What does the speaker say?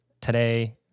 today